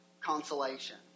consolation